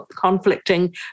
conflicting